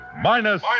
minus